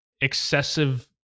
excessive